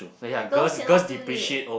girls cannot too late